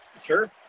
Sure